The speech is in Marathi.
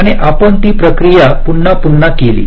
आणि आपण ती प्रक्रिया पुन्हा पुन्हा केली